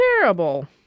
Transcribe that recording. terrible